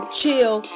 chill